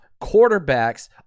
quarterbacks